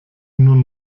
nun